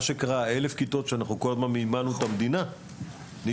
1,000 כיתות שאנחנו כל הזמן מימנו את המדינה נגרעו.